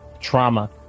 trauma